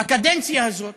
בקדנציה הזאת